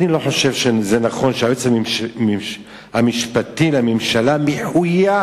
אני לא חושב שזה נכון שהיועץ המשפטי לממשלה מחויב